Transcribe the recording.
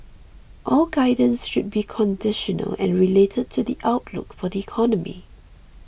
all guidance should be conditional and related to the outlook for the economy